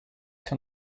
can